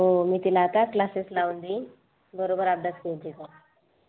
हो मी तिला आता क्लासेस लावून देईन बरोबर अभ्यास घेईन तिचा